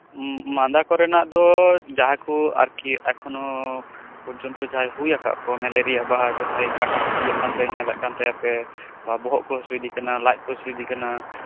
ᱢᱟᱫᱟ ᱠᱚᱨᱮᱱᱟᱜ ᱫᱚ ᱡᱟᱦᱟᱸᱭ ᱠᱚ ᱟᱨᱠᱤ ᱮᱠᱷᱚᱱᱚ ᱯᱚᱨᱡᱚᱱᱛᱚ ᱡᱟᱦᱟᱸᱭ ᱦᱩᱭ ᱠᱟᱜ ᱠᱚ ᱢᱮᱞᱮᱨᱤᱭᱟ ᱵᱟ ᱡᱟᱦᱟᱸᱭ ᱠᱟᱴᱟ ᱠᱚ ᱯᱷᱩᱞᱟᱹᱜ ᱠᱟᱱ ᱛᱟᱭᱟ ᱯᱮ ᱵᱟ ᱵᱚᱦᱚᱜ ᱠᱚ ᱦᱟᱥᱩᱭᱤᱫᱤᱭᱮ ᱠᱟᱱᱟ ᱞᱟᱡ ᱠᱚ ᱦᱟᱥᱩᱭᱤᱫᱤᱭᱮ ᱠᱟᱱᱟ